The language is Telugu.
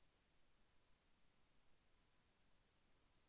నేను ఆన్లైన్లో సేవింగ్స్ ఖాతాను తెరవవచ్చా?